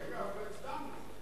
רגע, עוד לא הצבענו.